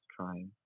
trying